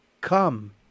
Come